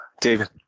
David